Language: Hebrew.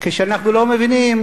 רק שאנחנו לא מבינים,